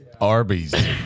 Arby's